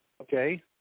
Okay